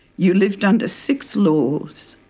you lived under six laws.